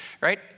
right